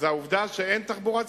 זאת העובדה שאין תחבורה ציבורית.